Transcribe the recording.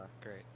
Great